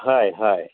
हय हय